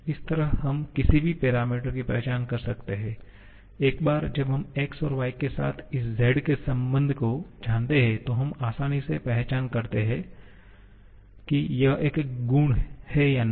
इस तरह हम किसी भी पैरामीटर की पहचान कर सकते हैं एक बार जब हम x और y के साथ इस z के संबंध को जानते हैं तो हम आसानी से पहचान सकते हैं कि यह एक गुण है या नहीं